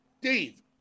Dave